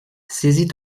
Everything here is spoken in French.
saisit